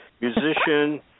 musician